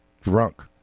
drunk